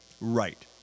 Right